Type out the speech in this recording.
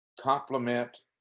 complement